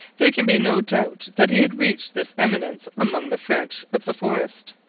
there can be no doubt that he had reached this eminence among the french of the forest.